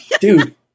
dude